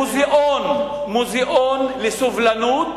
מוזיאון לסובלנות